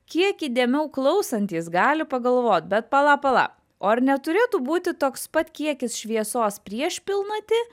kiek įdėmiau klausantis gali pagalvot bet pala pala o ar neturėtų būti toks pat kiekis šviesos prieš pilnatį